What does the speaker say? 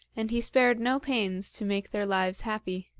and he spared no pains to make their lives happy.